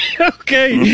okay